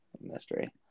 mystery